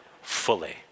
fully